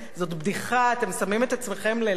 זאת בדיחה, אתם שמים את עצמכם ללעג.